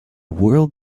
world